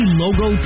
logo